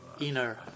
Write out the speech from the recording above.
inner